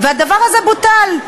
והדבר הזה בוטל.